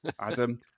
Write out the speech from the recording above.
Adam